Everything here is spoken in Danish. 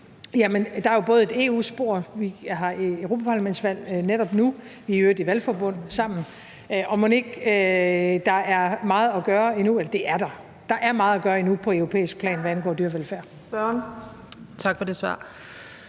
er der jo et EU-spor. Der er europaparlamentsvalg netop nu, og vi er i øvrigt i valgforbund sammen, og mon ikke der er meget at gøre endnu? Eller det er der. Der er meget at gøre endnu på europæisk plan, hvad angår dyrevelfærd. Kl. 14:11 Fjerde